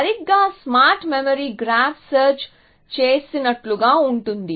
సరిగ్గా smart memory graph search చేసినట్లుగానే ఉంటుంది